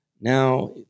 Now